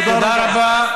תודה רבה.